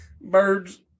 Birds